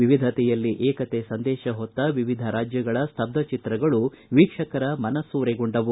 ವಿವಿಧತೆಯಲ್ಲಿ ಏಕತೆ ಸಂದೇಶ ಹೊತ್ತ ವಿವಿಧ ರಾಜ್ಗಳ ಸ್ತಬ್ನ ಚಿತ್ರಗಳು ವೀಕ್ಷಕರ ಮನಸೂರೆಗೊಂಡವು